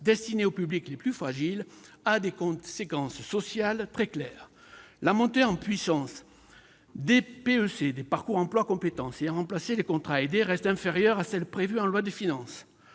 destinés aux publics les plus fragiles a des conséquences sociales très claires. La montée en puissance des parcours emplois compétences, les PEC, qui ont remplacé les contrats aidés, reste inférieure à celle qui était prévue en loi de finances.